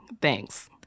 Thanks